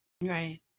right